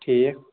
ٹھیٖک